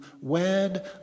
wed